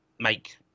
make